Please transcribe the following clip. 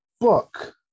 book